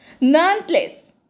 Nonetheless